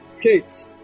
Kate